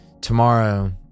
tomorrow